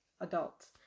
adults